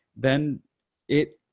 then it